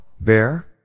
Bear